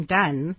done